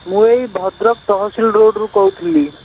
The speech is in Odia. ମୁଁ ଏଇ ଭଦ୍ରକ ତହସିଲ ରୋଡ଼ରୁ କହୁଥିଲି